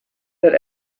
that